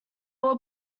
were